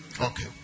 Okay